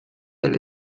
del